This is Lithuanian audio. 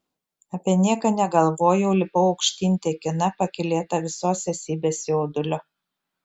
apie nieką negalvojau lipau aukštyn tekina pakylėta visos esybės jaudulio